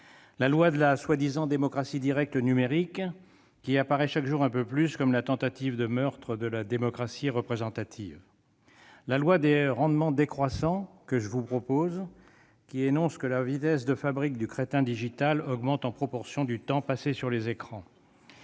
la loi de la prétendue démocratie directe numérique, qui apparaît chaque jour un peu plus comme la tentative de meurtre de la démocratie représentative ; de la loi des rendements décroissants que je vous propose, selon laquelle la vitesse de fabrique du crétin digital augmenterait en proportion du temps passé sur les écrans